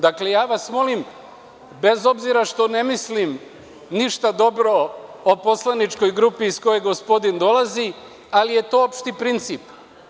Dakle, molim vas, bez obzira što ne mislim ništa dobro o poslaničkoj grupi iz koje gospodin dolazi, ali je to opšti princip.